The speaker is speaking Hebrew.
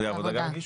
העבודה גם הגישו?